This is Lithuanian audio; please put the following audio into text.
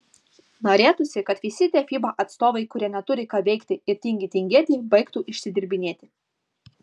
norėtųsi kad visi tie fiba atstovai kurie neturi ką veikti ir tingi tingėti baigtų išsidirbinėti